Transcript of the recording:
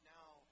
now